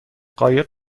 قایق